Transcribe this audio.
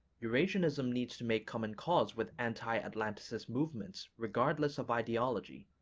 eurasianism needs to make common cause with anti-atlanticist movements regardless of ideology,